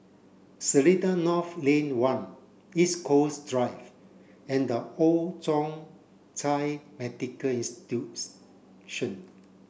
Seletar North Lane one East Coast Drive and The Old Thong Chai Medical Institution